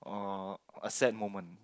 uh a sad moment